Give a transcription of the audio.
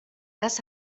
das